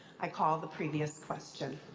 i call the previous question.